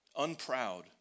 unproud